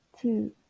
two